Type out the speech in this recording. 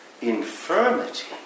Infirmity